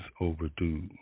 overdue